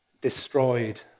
destroyed